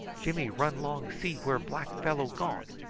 jimmy run long see where black fellow gone.